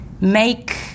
make